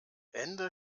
ende